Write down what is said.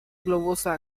globosa